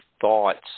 thoughts